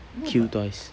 queue twice